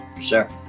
Sure